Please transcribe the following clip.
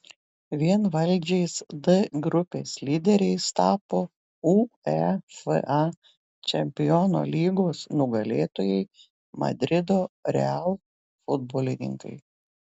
vienvaldžiais d grupės lyderiais tapo uefa čempionų lygos nugalėtojai madrido real futbolininkai